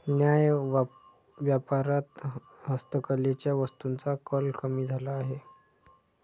न्याय्य व्यापारात हस्तकलेच्या वस्तूंचा कल कमी झाला आहे